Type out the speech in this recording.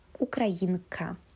Ukrainka